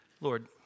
Lord